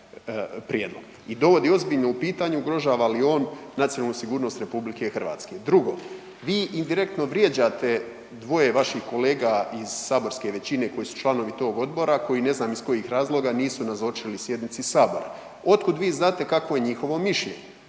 i dovodi ozbiljno u pitanje ugrožava li on nacionalnu sigurnost RH. Drugo, vi indirektno vrijeđate dvoje vaših kolega iz saborske većine koji su članovi tog odbora koji ne znam iz kojih razloga nisu nazočili sjednici Sabora. Od kud vi znate kakvo je njihovo mišljenje?